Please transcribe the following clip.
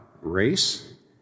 race